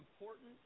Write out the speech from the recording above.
important